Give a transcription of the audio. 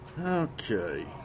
okay